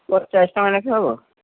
ପଚାଶ ଟଙ୍କା ଲେଖା ହେବ